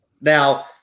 now